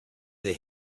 the